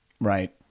Right